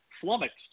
flummoxed